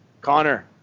connor